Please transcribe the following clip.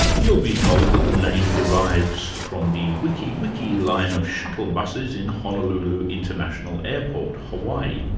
you'll be told that the name derives from the wiki wiki line of shuttle buses in honolulu international airport, hawaii.